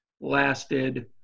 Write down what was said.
lasted